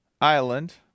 island